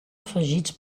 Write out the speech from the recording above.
afegits